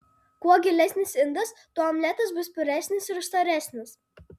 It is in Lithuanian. kuo gilesnis indas tuo omletas bus puresnis ir storesnis